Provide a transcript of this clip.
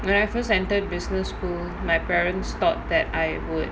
when I first entered business school my parents thought that I would